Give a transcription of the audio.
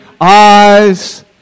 eyes